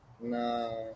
Nah